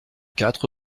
quatre